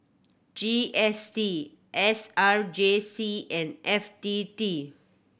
G S T S R J C and F T T